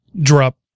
drop